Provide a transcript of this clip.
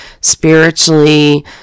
spiritually